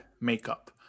makeup